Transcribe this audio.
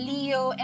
Leo